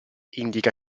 indica